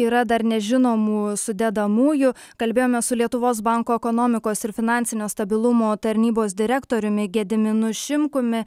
yra dar nežinomų sudedamųjų kalbėjome su lietuvos banko ekonomikos ir finansinio stabilumo tarnybos direktoriumi gediminu šimkumi